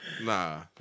Nah